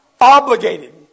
obligated